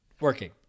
Working